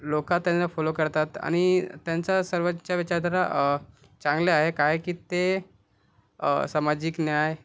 लोक त्यांना फॉलो करतात आणि त्यांच्या सर्वांच्या विचारधारा चांगल्या आहे काय की ते सामाजिक न्याय